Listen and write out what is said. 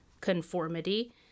conformity